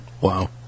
Wow